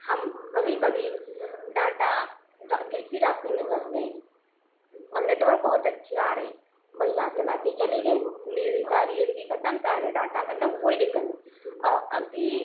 हम कभी कभी डाटा किसी रास्ते में फंस गए और नेटवर्क बहुत अच्छे आ रहें बढ़िया चलाते चले गएँ मेरी सारी एम बी खत्म सारे डाटा खत्म कोई दिक्कत नहीं और अभी